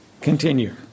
continue